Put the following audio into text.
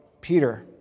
Peter